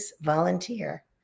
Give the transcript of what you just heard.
volunteer